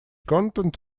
content